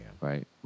right